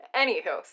anywho